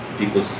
People